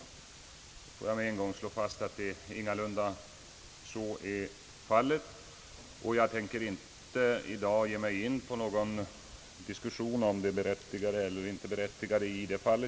Jag vill med en gång slå fast att så ingalunda är fallet. Jag tänker inte i dag ge mig in på någon diskussion i den saken.